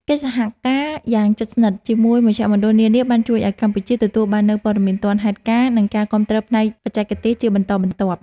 កិច្ចសហការយ៉ាងជិតស្និទ្ធជាមួយមជ្ឈមណ្ឌលនានា បានជួយឱ្យកម្ពុជាទទួលបាននូវព័ត៌មានទាន់ហេតុការណ៍ និងការគាំទ្រផ្នែកបច្ចេកទេសជាបន្តបន្ទាប់។